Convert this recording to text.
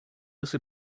also